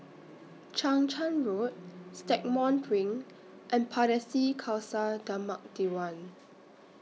Chang Charn Road Stagmont Ring and Pardesi Khalsa Dharmak Diwan